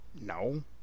No